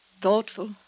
thoughtful